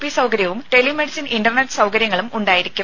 P സൌകര്യവും telemedicine internet സൌകര്യങ്ങളും ഉണ്ടായിരിക്കും